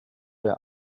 der